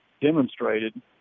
demonstrated